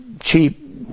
cheap